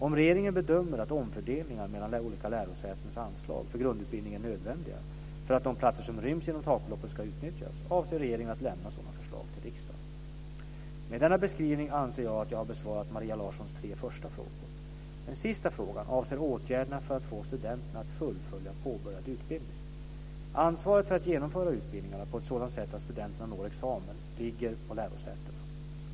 Om regeringen bedömer att omfördelningar mellan olika lärosätens anslag för grundutbildning är nödvändiga för att de platser som ryms inom takbeloppen ska utnyttjas avser regeringen att lämna sådana förslag till riksdagen. Med denna beskrivning anser jag att jag har besvarat Maria Larssons tre första frågor. Den sista frågan avser åtgärder för att få studenterna att fullfölja påbörjad utbildning. Ansvaret för att genomföra utbildningarna på ett sådant sätt att studenterna når examen ligger på lärosätena.